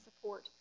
support